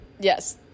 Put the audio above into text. Yes